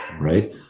right